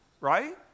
right